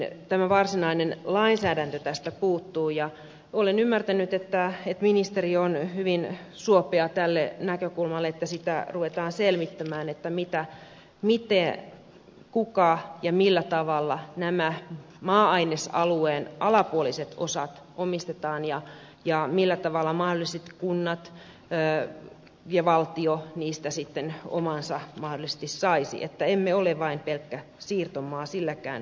tämä varsinainen lainsäädäntö tästä selonteosta puutuu ja olen ymmärtänyt että ministeri on hyvin suopea tälle näkökulmalle että sitä ruvetaan selvittämään miten kuka ja millä tavalla nämä maa ainesalueen alapuoliset osat omistetaan ja millä tavalla mahdollisesti kunnat ja valtio niistä sitten omansa mahdollisesti saisivat että emme ole vain pelkkä siirtomaa silläkään sektorilla